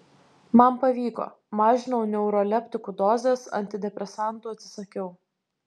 man pavyko mažinau neuroleptikų dozes antidepresantų atsisakiau